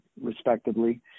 respectively